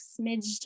smidged